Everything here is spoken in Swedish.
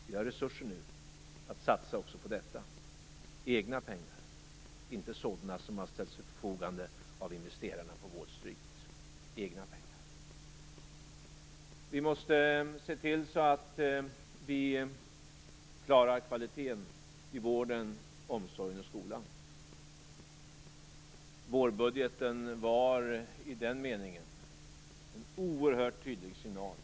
Vi har resurser nu att satsa också på detta, egna pengar, inte sådana som ställts till förfogande av investerarna på Wall Street, egna pengar. Vi måste se till att vi klarar kvaliteten i vården, omsorgen och skolan. Vårbudgeten var i den meningen en oerhört tydlig signal.